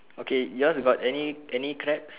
okay your got any any crabs